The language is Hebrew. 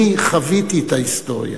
אני חוויתי את ההיסטוריה.